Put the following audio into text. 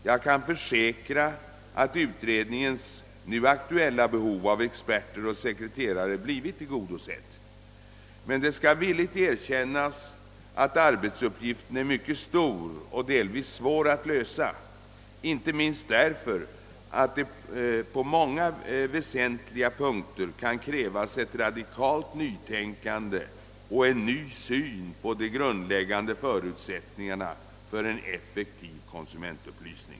Jag kan försäkra att utredning ens nu aktuella behov av experter och sekreterare blivit tillgodosett, men det skall villigt erkännas att arbetsuppgiften är mycket stor och delvis svår att lösa, inte minst därför att det på många väsentliga punkter kan krävas ett radikalt nytänkande och en ny syn på de grundläggande förutsättningarna för en effektiv konsumentupplysning.